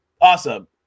awesome